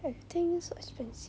everything so expensive